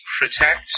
Protect